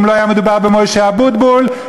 אם לא היה מדובר במוישה אבוטבול,